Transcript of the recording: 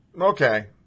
Okay